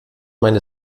meine